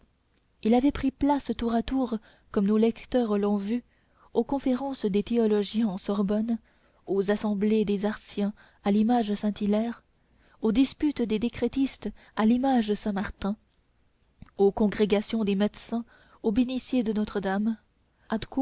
il avait pris place tour à tour comme nos lecteurs l'ont vu aux conférences des théologiens en sorbonne aux assemblées des artiens à l'image saint-hilaire aux disputes des décrétistes à l'image saint-martin aux congrégations des médecins au bénitier de notre-dame ad